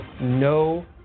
no